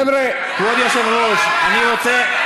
חבר'ה, כבוד היושב-ראש, אני רוצה,